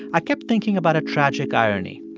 i kept thinking about a tragic irony.